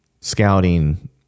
scouting